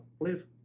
live